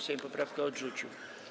Sejm poprawkę odrzucił.